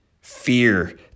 fear